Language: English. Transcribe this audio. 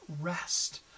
rest